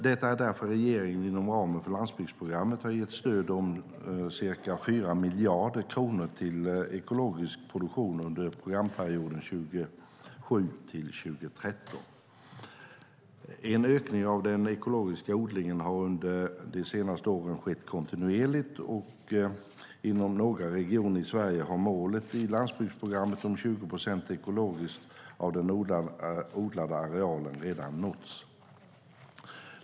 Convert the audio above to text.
Det är därför regeringen inom ramen för landsbygdsprogrammet har gett stöd om ca 4 miljarder kronor till ekologisk produktion under programperioden 2007-2013. En ökning av den ekologiska odlingen har under de senaste åren skett kontinuerligt, och inom några regioner i Sverige har målet i landsbygdsprogrammet om 20 procent ekologiskt av den odlade arealen redan nåtts.